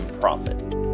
profit